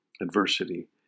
adversity